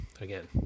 again